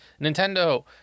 Nintendo